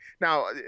Now